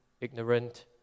ignorant